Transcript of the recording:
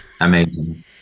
Amazing